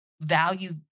value